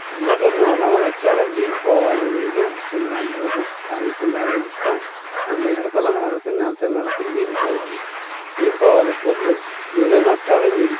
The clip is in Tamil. எந்தக் கன்று வேண்ணாலும் வைச்சாலும் வீண் போகாதது எதுவும் பிரச்சினல்ல அந்தளவுக்கு பாதிப்பில்லாததுக்கு தான் நம்ம இடத்துல நடுறது நிலத்துல நடுறது வீண் போகாது வீண் போகாத பொருள் எதை நட்டாலும் சரி